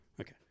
Okay